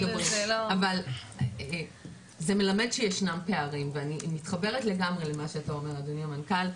אבל זה מלמד שישנם פערים ואני מתחברת לגמרי למה שאתה אומר אדוני המנכ"ל,